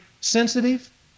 sensitive